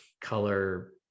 color